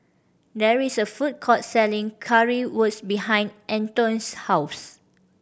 there is a food court selling Currywurst behind Antoine's house